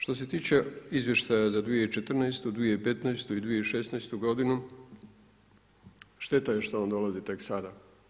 Što se tiče izvještaja za 2014., 2015. i 2016. g. šteta je što on dolazi tek sada.